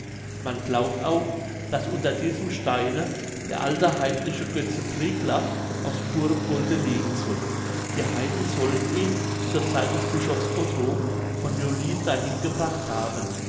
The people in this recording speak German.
man glaubt auch daß unter diesem steine der alte heidnische götze triglaff aus purem golde liegen soll die heiden sollen ihn zur zeit des bischofs otto von julin dahin gebracht haben